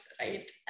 right